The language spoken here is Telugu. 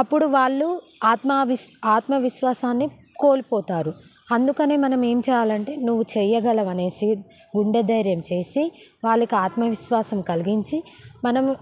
అప్పుడు వాళ్ళు ఆత్మవి ఆత్మవిశ్వాసాన్ని కోల్పోతారు అందుకని మనమేం చేయాలంటే నువ్వు చేయగలవు అనేసి గుండె ధైర్యం చేసి వాళ్ళకి ఆత్మవిశ్వాసం కలిగించి మనం